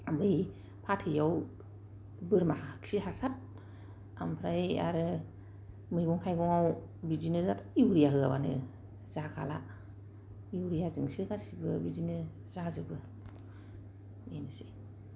आमफाय फाथैआव बोरमा खि हासार मैगं थाइगंआव बिदिनो दाथ' इउरिया होआबानो जाखाला इउरियाजोंसो गासिबो बिदिनो जाजोबो बेनोसै